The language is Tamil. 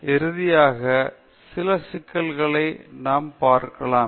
பின்னர் இறுதியாக சில சிக்கல்களை நாம் பார்க்கலாம்